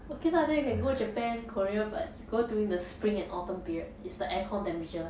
okay lah then you can go japan korea but you go during the spring and autumn period it's the air con temperature